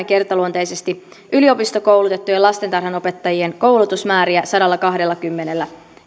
kertaluonteisesti yliopistokoulutettujen lastentarhanopettajien koulutusmäärää sadallakahdellakymmenellä